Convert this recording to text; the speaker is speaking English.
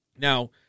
Now